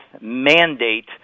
mandate